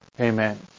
Amen